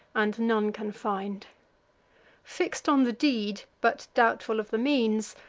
and none can find. fix'd on the deed, but doubtful of the means,